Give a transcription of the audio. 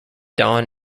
dawn